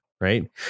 Right